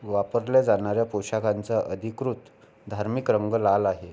वापरल्या जाणार्या पोशाखांचा अधिकृत धार्मिक रंग लाल आहे